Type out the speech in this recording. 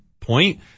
point